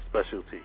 specialty